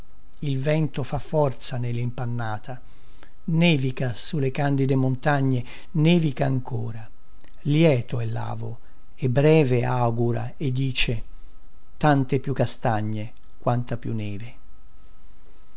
il vento fa forza nellimpannata nevica su le candide montagne nevica ancora lieto è lavo e breve augura e dice tante più castagne quanta più neve